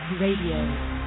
Radio